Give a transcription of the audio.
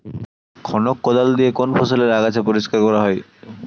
খনক কোদাল দিয়ে কোন ফসলের আগাছা পরিষ্কার করা হয়?